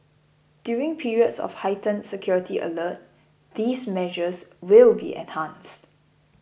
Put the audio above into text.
during periods of heightened security alert these measures will be enhanced